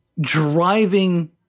driving